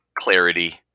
clarity